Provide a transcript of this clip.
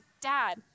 dad